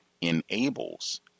enables